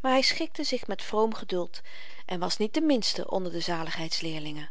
maar hy schikte zich met vroom geduld en was niet de minste onder de